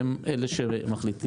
שהם אלה שמחליטים,